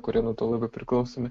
kurie nuo to labai priklausomi